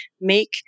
make